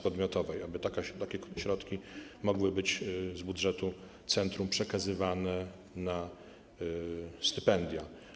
Chodzi o to, aby takie środki mogły być z budżetu centrum przekazywane na stypendia.